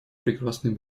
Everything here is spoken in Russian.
прекрасный